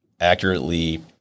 accurately